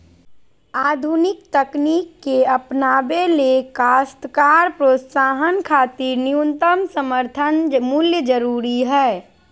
आधुनिक तकनीक के अपनावे ले काश्तकार प्रोत्साहन खातिर न्यूनतम समर्थन मूल्य जरूरी हई